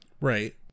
Right